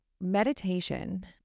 meditation